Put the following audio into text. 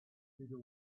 bigger